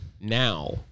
now